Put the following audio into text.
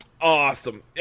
Awesome